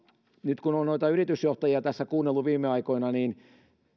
nyt kun olen yritysjohtajia tässä kuunnellut viime aikoina niin